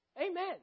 Amen